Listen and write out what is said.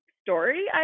story